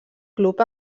club